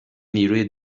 نیروی